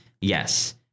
Yes